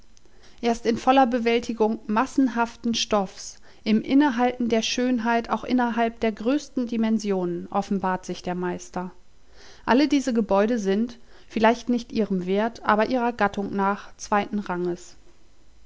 erst in voller bewältigung massenhaften stoffs im innehalten der schönheit auch innerhalb der größten dimensionen offenbart sich der meister alle diese gebäude sind vielleicht nicht ihrem wert aber ihrer gattung nach zweiten ranges